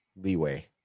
leeway